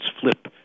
flip